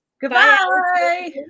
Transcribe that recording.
Goodbye